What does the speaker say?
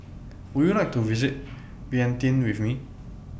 Would YOU like to visit Vientiane with Me